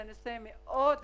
שזה נושא מאוד רציני.